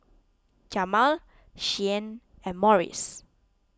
Jamal Shianne and Morris